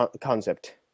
concept